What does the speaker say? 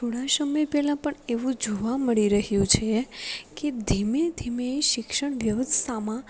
થોડા સમય પહેલાં પણ એવું જોવા મળી રહ્યું છે કે ધીમે ધીમે શિક્ષણ વ્યવસ્થામાં